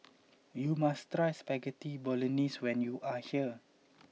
you must try Spaghetti Bolognese when you are here